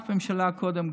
אף ממשלה קודם,